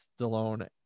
Stallone